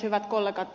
hyvät kollegat